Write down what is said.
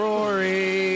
Rory